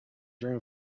dream